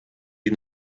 die